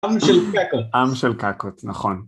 עם של קקות. -עם של קקות, נכון.